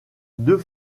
deux